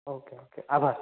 okay okay આભાર